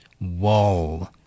wall